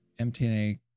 MTNA